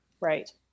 Right